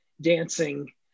dancing